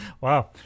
Wow